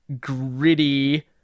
gritty